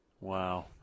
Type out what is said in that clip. Wow